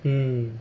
mm